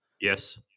yes